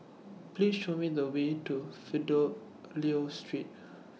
Please Show Me The Way to Fidelio Street